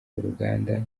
uruganda